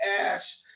Ash